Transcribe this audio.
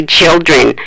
children